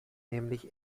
nämlich